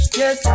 yes